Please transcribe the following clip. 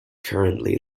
currently